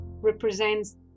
represents